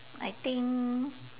I think